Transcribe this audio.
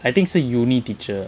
I think 是 university teacher